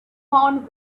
found